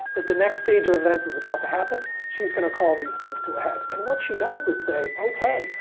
that the stage of events is about to happen. she's going to call these things to a head. and what she does is say, okay,